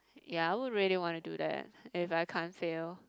ya I would really wanna do that if I can't fail